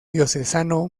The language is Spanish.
diocesano